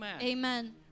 Amen